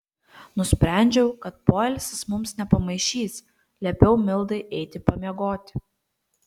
nusprendžiau kad poilsis mums nepamaišys liepiau mildai eiti pamiegoti